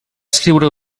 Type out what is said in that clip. escriure